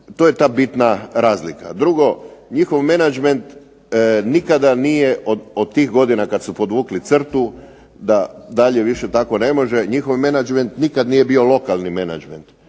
to je ta bitna razlika. Drugo, njihov menadžment nikada nije od tih godina kad su podvukli crtu da dalje više tako ne može, njihov menadžment nikad nije bio lokalni menadžment.